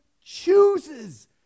chooses